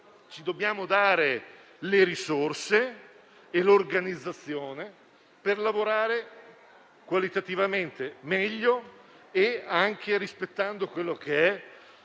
ci dobbiamo dare le risorse e l'organizzazione per lavorare qualitativamente in modo migliore, anche rispettando il